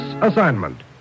Assignment